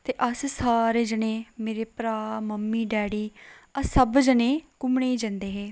ते अस सारे जनें मेरे भ्रा मम्मी डैडी अस सब जनें घूमने गी जंदे हे